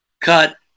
cut